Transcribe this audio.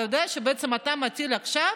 אתה יודע שאתה בעצם מטיל עכשיו